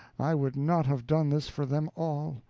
i would not have done this for them all,